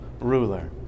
ruler